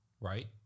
right